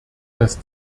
dass